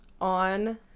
on